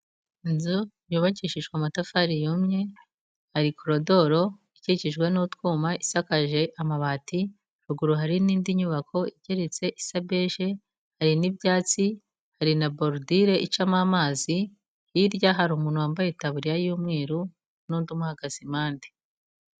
Inzu yubakishijwe amatafari yumye, hari korodoro ikikijwe n'utwuma isakaje amabati, ruguru hari n'indi nyubako igeretse isa bege, hari n'ibyatsi, hari na borudire icamo amazi, hirya hari umuntu wambaye itaburiya y'umweru, n'undi umuhagaze impande.